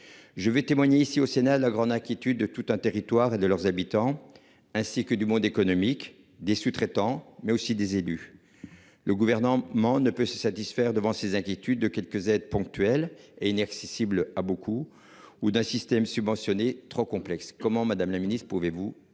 Je vais témoigner ici au Sénat, la grande inquiétude de tout un territoire et de leurs habitants, ainsi que du monde économique des sous-traitants mais aussi des élus. Le gouvernement ne peut se satisfaire devant ses inquiétudes de quelques aides ponctuelles et inaccessible à beaucoup ou d'Assystem subventionné trop complexe. Comment Madame la Ministre, pouvez-vous